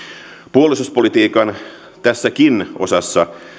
puolustuspolitiikan tässäkin osassa